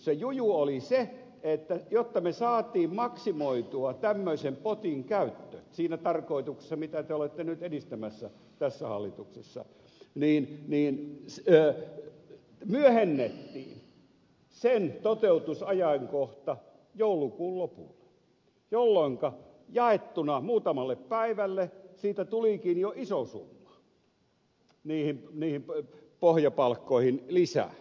se juju oli se että jotta me saimme maksimoitua tämmöisen potin käyttöön siinä tarkoituksessa jota te olette nyt edistämässä tässä hallituksessa niin myöhennettiin sen toteutusajankohta joulukuun lopulle jolloinka jaettuna muutamalle päivälle siitä tulikin jo iso summa niihin pohjapalkkoihin lisää